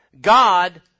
God